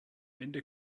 ende